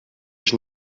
ich